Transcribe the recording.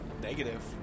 Negative